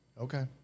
okay